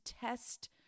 test